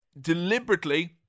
deliberately